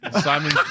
Simon